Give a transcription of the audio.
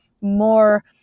more